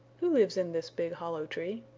who lives in this big hollow tree?